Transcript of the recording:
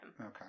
Okay